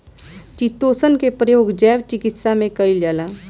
chitosan के प्रयोग जैव चिकित्सा में कईल जाला